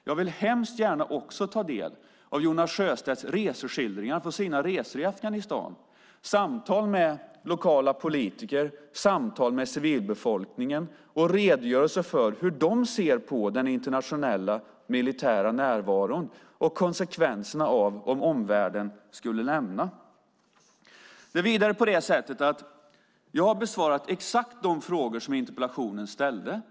Jag vill hemskt gärna ta del av Jonas Sjöstedts reseskildringar från hans resor i Afghanistan, samtal med lokala politiker och civilbefolkningen och redogörelse för hur de ser på den internationella militära närvaron och konsekvenserna om omvärlden skulle lämna landet. Jag har besvarat exakt de frågor som ställs i interpellationen.